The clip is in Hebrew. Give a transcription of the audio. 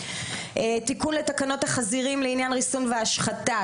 תיקון לתקנות החזירים לעניין ריסון והשחתה,